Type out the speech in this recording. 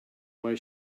why